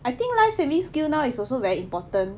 I think life saving skill now is also very important